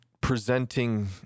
presenting